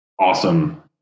awesome